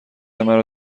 مرا